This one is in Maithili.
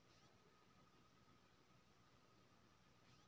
आलू के फसल मे पाला रोग लागला पर कीशकरि?